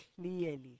clearly